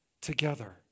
together